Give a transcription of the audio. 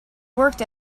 worked